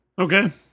Okay